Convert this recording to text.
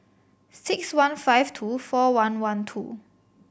six one five two four one one two